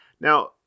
Now